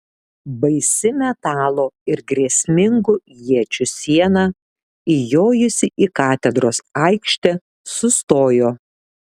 baisi metalo ir grėsmingų iečių siena įjojusi į katedros aikštę sustojo